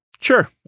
Sure